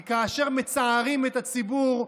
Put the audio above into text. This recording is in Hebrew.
כי כאשר מצערים את הציבור,